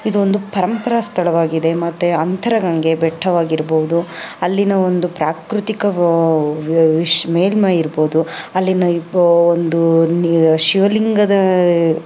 ಇದೊಂದು ಪರಂಪರಾ ಸ್ಥಳವಾಗಿದೆ ಮತ್ತು ಅಂತರಗಂಗೆ ಬೆಟ್ಟವಾಗಿರ್ಬೋದು ಅಲ್ಲಿನ ಒಂದು ಪ್ರಾಕೃತಿಕ ವಿಶ್ ಮೇಲ್ಮೈ ಇರ್ಬೋದು ಅಲ್ಲಿನ ಒಂದು ಶಿವಲಿಂಗದ